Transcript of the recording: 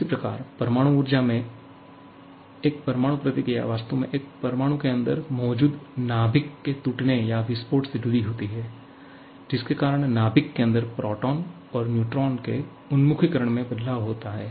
इसी तरह परमाणु ऊर्जा में एक परमाणु प्रतिक्रिया वास्तव में एक परमाणु के अंदर मौजूद नाभिक के टूटने या विस्फोट से जुड़ी होती है जिसके कारण नाभिक के अंदर प्रोटॉन और न्यूट्रॉन के उन्मुखीकरण में बदलाव होता है